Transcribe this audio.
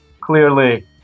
clearly